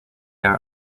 are